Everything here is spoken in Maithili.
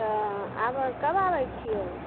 तऽ आबऽ कब आबै छियै